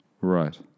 Right